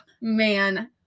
man